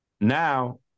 Now